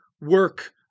work